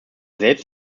selbst